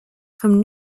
from